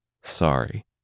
sorry